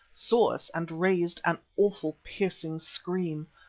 saw us and raised an awful, piercing scream.